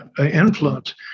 influence